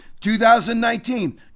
2019